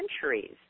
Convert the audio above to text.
centuries